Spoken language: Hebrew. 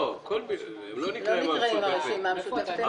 לא הרשימה המשותפת,